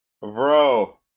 Bro